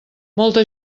molta